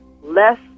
less